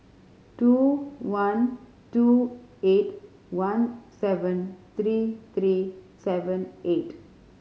two one two eight one seven three three seven eight